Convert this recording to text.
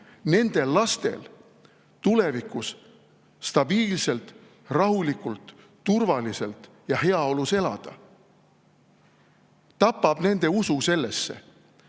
nende lastel tulevikus stabiilselt, rahulikult, turvaliselt ja heaolus elada, tapab nende usu sellesse.